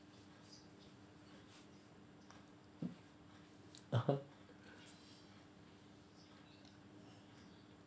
a'ah